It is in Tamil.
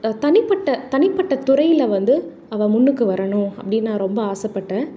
தனிப்பட்ட தனிப்பட்ட துறையில் வந்து அவள் முன்னுக்கு வரணும் அப்படின்னு நான் ரொம்ப ஆசைப்பட்டேன்